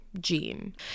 Gene